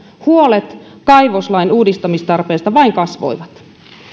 huolet kaivoslain uudistamistarpeesta vain kasvoivat